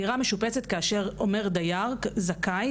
דירה משופצת כאשר אומר דייר זכאי,